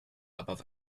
above